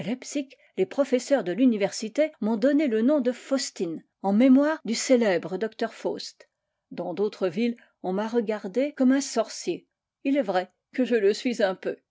les professeurs de l'université m'ont donné le nom de faustin en mémoire du célèbre docteur faust dans d'autres villes on m'a regard écomme un sorcier il est vrai que je le suis un peu